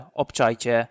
obczajcie